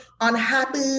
unhappy